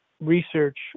research